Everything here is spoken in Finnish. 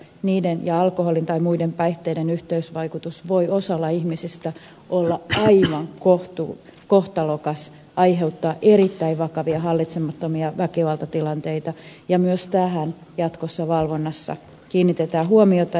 niiden ja alkoholin tai muiden päihteiden yhteysvaikutus voi osalla ihmisistä olla aivan kohtalokas aiheuttaa erittäin vakavia hallitsemattomia väkivaltatilanteita ja myös tähän jatkossa valvonnassa kiinnitetään huomiota